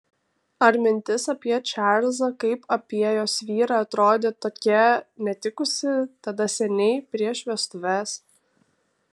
ar mintis apie čarlzą kaip apie jos vyrą atrodė tokia netikusi tada seniai prieš vestuves